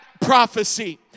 prophecy